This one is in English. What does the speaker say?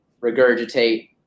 regurgitate